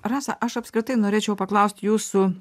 rasa aš apskritai norėčiau paklaust jūsų